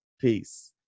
Peace